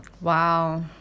Wow